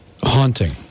haunting